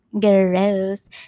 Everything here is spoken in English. gross